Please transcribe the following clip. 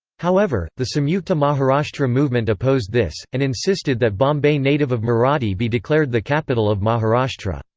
however, the samyukta maharashtra movement opposed this, and insisted that bombay native of marathi be declared the capital of maharashtra.